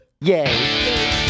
Yay